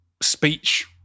speech